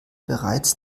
bereits